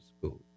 school